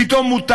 פתאום מותר.